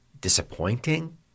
disappointing